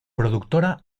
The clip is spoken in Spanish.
productora